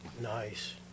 Nice